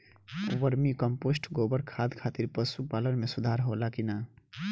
Vermi compost गोबर खाद खातिर पशु पालन में सुधार होला कि न?